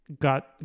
got